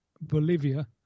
Bolivia